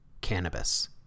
cannabis